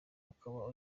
ukaba